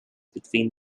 between